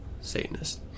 Satanist